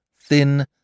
thin